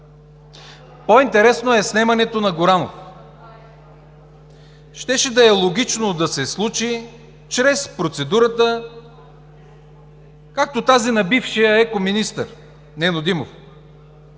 По-интересно е снемането на Горанов. Щеше да е логично да се случи чрез процедурата, както тази на бившия екоминистър Нено Димов.